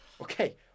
okay